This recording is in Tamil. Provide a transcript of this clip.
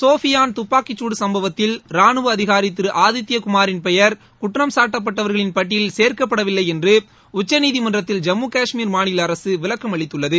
சோபியான் துப்பாக்கிச் சூடு சுப்பவத்தில் ராணுவ அதிகாரி திரு அதித்யகுமாரின் பெயர் குற்றம் சாட்டப்பட்டவர்களின் பட்டியலில் சேர்க்கப்படவில்லை என்று உச்சநீதிமன்றத்தில் ஜம்மு கஷ்மீர் மாநில அரசு விளக்கம் அளித்துள்ளது